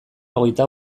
hogeita